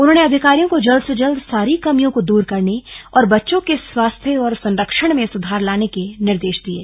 उन्होंने अधिकारियों को जल्द से जल्द सारी कमियों को दूर करने और बच्चों के स्वास्थ्य और संरक्षण में सुधार लाने के निर्देश दिये